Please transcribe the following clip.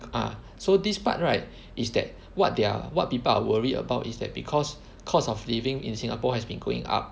uh so this part right is that what they're what people are worried about is that because cost of living in Singapore has been going up